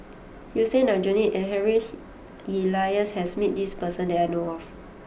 Hussein Aljunied and Harry Elias has met this person that I know of